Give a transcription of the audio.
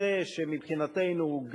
כנושא שמבחינתנו הוא